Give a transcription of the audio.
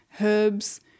herbs